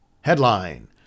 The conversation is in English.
Headline